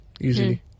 Easily